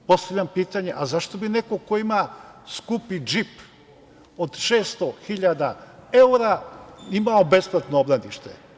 Postavljam pitanje – a zašto bi neko ko ima skupi džip od 600.000 evra imao besplatno obdanište?